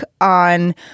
on